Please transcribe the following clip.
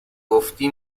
گفتی